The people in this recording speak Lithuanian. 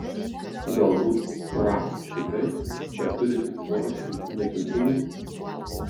galbūt raf tikrai beturi tik porą šimtų naikintuvų